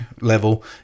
level